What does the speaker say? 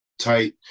tight